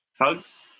Hugs